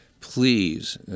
please